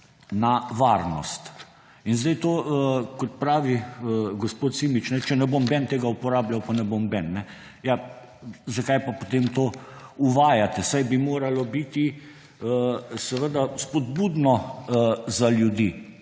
na varnost. Kot pravi gospod Simič, če ne bo nihče tega uporabljal, pa ne bo nihče. Ja zakaj pa potem to uvajate? Saj bi moralo biti spodbudno za ljudi.